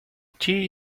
tea